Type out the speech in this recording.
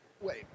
Wait